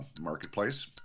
marketplace